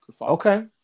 Okay